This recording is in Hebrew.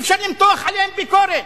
אי-אפשר למתוח עליהם ביקורת,